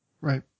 Right